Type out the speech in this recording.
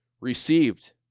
received